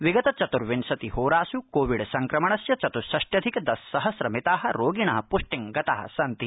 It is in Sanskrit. विगत चत्र्विंशति होरास् कोविड संक्रमणस्य चतुष्षष्टयधिक दश सहस्रमिता रोगिण प्टिङ्गता सन्ति